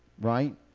right